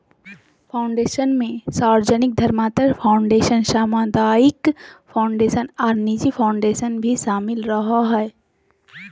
foundation मे सार्वजनिक धर्मार्थ फ़ाउंडेशन, सामुदायिक फ़ाउंडेशन आर निजी फ़ाउंडेशन भी शामिल रहो हय,